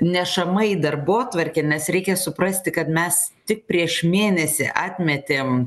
nešama į darbotvarkę nes reikia suprasti kad mes tik prieš mėnesį atmetėm